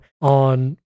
on